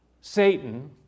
Satan